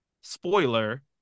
spoiler